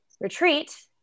retreat